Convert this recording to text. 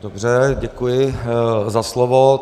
Dobře, děkuji za slovo.